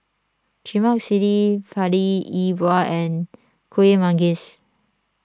Lemak Cili Padi E Bua and Kuih Manggis